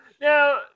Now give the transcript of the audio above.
Now